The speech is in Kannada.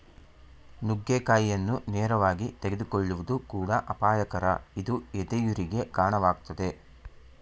ನುಗ್ಗೆಕಾಯಿಯನ್ನು ನೇರವಾಗಿ ತೆಗೆದುಕೊಳ್ಳುವುದು ಕೂಡ ಅಪಾಯಕರ ಇದು ಎದೆಯುರಿಗೆ ಕಾಣವಾಗ್ತದೆ